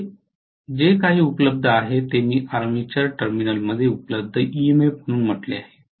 येथे जे काही उपलब्ध आहे ते मी आर्माचर टर्मिनलमध्ये उपलब्ध EMF म्हणून म्हटले आहे